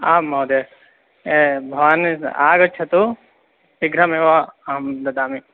आं महोदय ए भवान् आगच्छतु शीघ्रमेव अहं ददामि